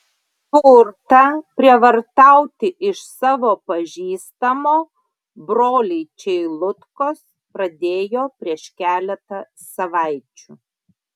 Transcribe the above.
turtą prievartauti iš savo pažįstamo broliai čeilutkos pradėjo prieš keletą savaičių